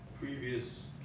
previous